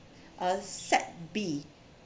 uh set B